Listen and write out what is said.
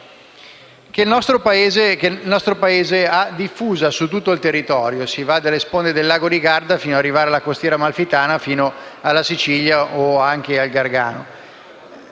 che il nostro Paese vede diffuse su tutto il territorio: si va dalle sponde del Lago di Garda fino alla costiera amalfitana, dalla Sicilia al Gargano.